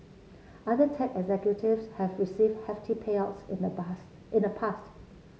other tech executives have received hefty payouts in the bast in the past